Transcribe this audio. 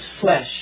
flesh